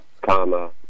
comma